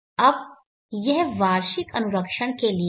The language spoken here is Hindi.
अब यह वार्षिक अनुरक्षण के लिए है